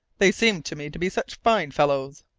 they seemed to me to be such fine fellows.